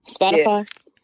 Spotify